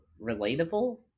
relatable